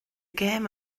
gêm